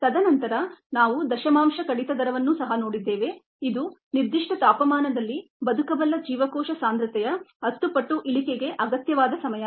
ತದನಂತರ ನಾವು decimal reduction rate ಅನ್ನು ಸಹ ನೋಡಿದ್ದೇವೆ ಇದು ನಿರ್ದಿಷ್ಟ ತಾಪಮಾನದಲ್ಲಿ ವ್ಯೆಯಬಲ್ ಸೆಲ್ ಕಾನ್ಸಂಟ್ರೇಶನ್ 10 ಪಟ್ಟು ಇಳಿಕೆಗೆ ಅಗತ್ಯವಾದ ಸಮಯ